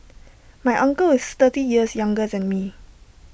my uncle is thirty years younger than me